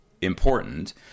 important